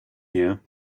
here